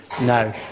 No